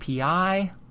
API